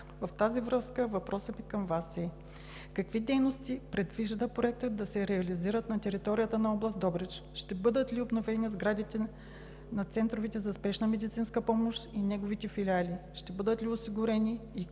В тази връзка въпросът ми към Вас е: какви дейности предвижда проектът да се реализират на територията на област Добрич? Ще бъдат ли обновени сградите на центровете за спешна медицинска помощ и неговите филиали? Ще бъдат ли осигурени